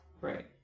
Right